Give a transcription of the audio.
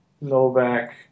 Novak